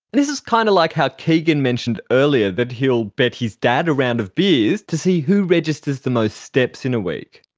this is kind of like how keegan mentioned earlier that he'll bet his dad a round of beers to see who registers the most steps in a week.